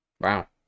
Wow